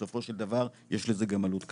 בסופו של דבר יש לזה גם עלות כלכלית.